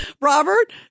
Robert